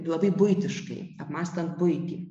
juodai buitiškai apmąstant buitį